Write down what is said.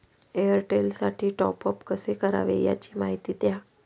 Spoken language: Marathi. एअरटेलसाठी टॉपअप कसे करावे? याची माहिती द्या